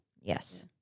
Yes